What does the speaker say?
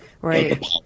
Right